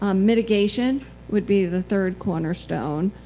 um mitigation would be the third cornerstone,